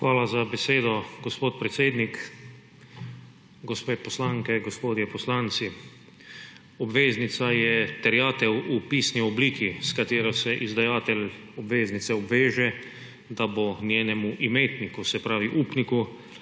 Hvala za besedo, gospod predsednik. Gospe poslanke, gospodje poslanci! Obveznica je terjatev v pisni obliki, s katero se izdajatelj obveznice obveže, da bo njenemu imetniku, se pravi upniku,